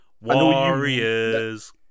Warriors